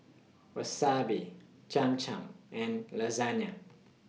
Wasabi Cham Cham and Lasagna